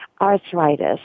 arthritis